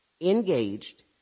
engaged